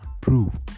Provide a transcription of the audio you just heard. Prove